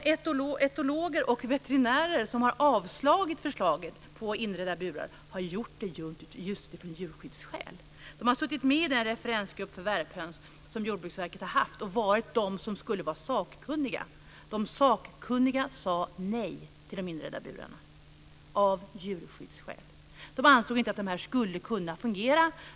De etologer och veterinärer som har avstyrkt förslaget om inredda burar har gjort det av djurskyddsskäl. De har suttit med som sakkunniga i Jordbruksverkets referensgrupp för värphöns. De sakkunniga sade nej till inredda burar av djurskyddsskäl. De ansåg att dessa burar inte skulle kunna fungera.